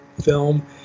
film